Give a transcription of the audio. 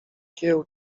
kieł